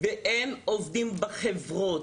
ואין עובדים בחברות,